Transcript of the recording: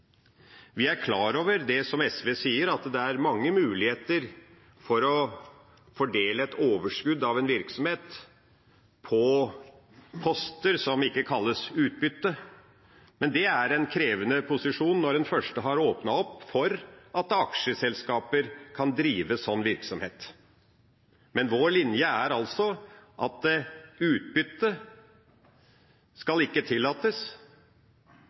Vi er klar over det SV sier, at det er mange muligheter for å fordele et overskudd av en virksomhet på poster som ikke kalles utbytte, men det er en krevende posisjon når en først har åpnet for at aksjeselskaper kan drive slik virksomhet. Men vår linje er altså at utbytte ikke skal tillates